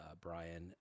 Brian